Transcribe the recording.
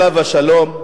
עליו השלום,